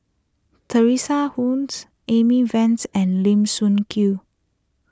Teresa Hsu's Amy Van's and Lim Sun Gee